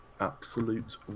Absolute